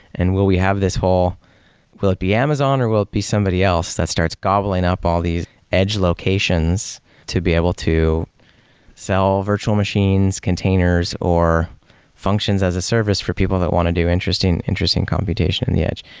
and will we have this whole will it be amazon or will it be somebody else that starts gobbling up all these edge locations to be able to sell virtual machines, containers or functions as a service for people that want to do interesting interesting computation in the edge?